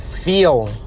feel